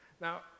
Now